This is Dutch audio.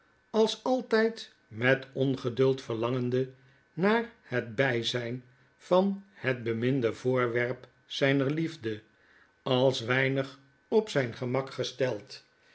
als altijd met ongeduld verlangende naar het byzyn van het beminde voorwerp zyner liefde als weinig op zyn gemak gesteld